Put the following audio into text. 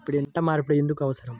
పంట మార్పిడి ఎందుకు అవసరం?